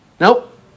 Nope